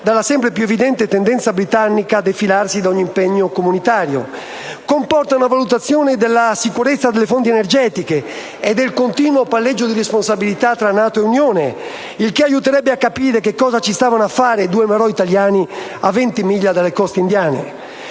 dalla sempre più evidente tendenza britannica a defilarsi da ogni impegno comunitario. Comporta una valutazione della sicurezza delle fonti energetiche e del continuo palleggio di responsabilità tra NATO e Unione europea, il che aiuterebbe a capire che cosa ci stavano a fare due marò italiani a 20 miglia dalle coste indiane.